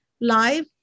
live